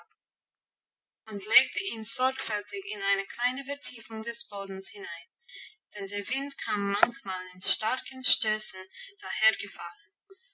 und legte ihn sorgfältig in eine kleine vertiefung des bodens hinein denn der wind kam manchmal in starken stößen